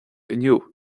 inniu